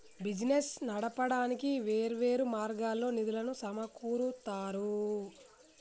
business నడపడానికి వేర్వేరు మార్గాల్లో నిధులను సమకూరుత్తారు